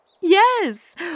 Yes